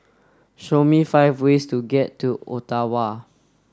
show me five ways to get to Ottawa